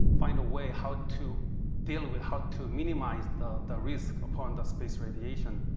find a way how to deal with, how to minimize the the risk upon the space radiation.